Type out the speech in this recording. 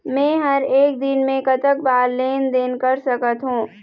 मे हर एक दिन मे कतक बार लेन देन कर सकत हों?